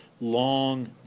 long